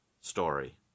story